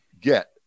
get